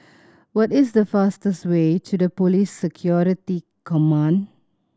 what is the fastest way to the Police Security Command